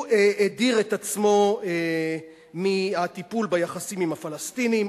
הוא הדיר את עצמו מהטיפול ביחסים עם הפלסטינים,